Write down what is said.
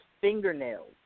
fingernails